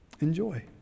Enjoy